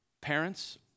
parents